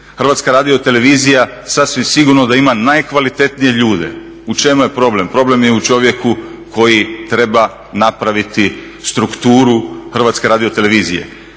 Hrvatska radiotelevizija sasvim sigurno da ima najkvalitetnije ljude. U čemu je problem? Problem je u čovjeku koji treba napraviti strukturu Hrvatske radiotelevizije